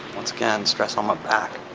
once again stress on my back.